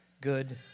good